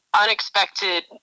unexpected